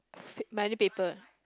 fit many people